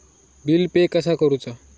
Bill pay कसा करुचा?